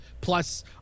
plus